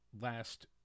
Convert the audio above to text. last